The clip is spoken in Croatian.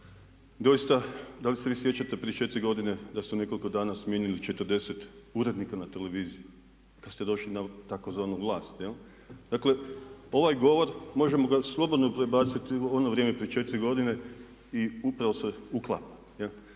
doista da li se vi sjećate prije 4 godine da ste u nekoliko dana smijenili 40 urednika na televiziji kad ste došli na tzv. vlast jel'. Dakle, ovaj govor možemo ga slobodno prebaciti u ono vrijeme prije 4 godine i upravo se uklapa.